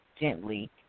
gently